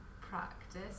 practice